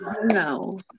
no